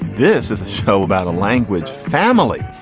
this is a show about a language family.